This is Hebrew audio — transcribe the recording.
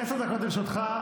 עשר דקות לרשותך.